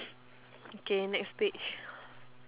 okay next page